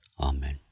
Amen